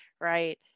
right